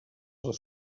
les